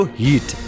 heat